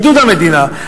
בעידוד המדינה,